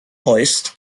hoist